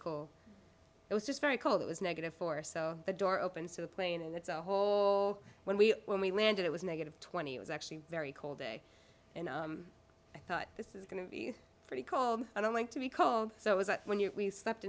cool it was just very cold it was negative for so the door opens to the plane and it's a hole when we when we landed it was negative twenty it was actually a very cold day and i thought this is going to be pretty cold i don't like to be cold so it was like when you we slept